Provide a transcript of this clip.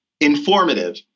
informative